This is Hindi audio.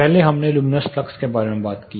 पहले हमने लुमिनस फ्लक्स के बारे में बात की